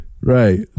Right